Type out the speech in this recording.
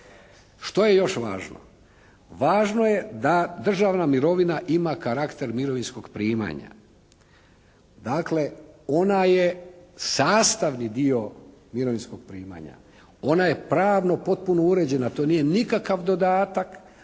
Što je još važno? Važno je da državna mirovina ima karakter mirovinskog primanja. Dakle, ona je sastavni dio mirovinskog primanja. Ona je pravno, potpuno uređena. To nije nikakav dodatak.